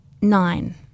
nine